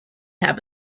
have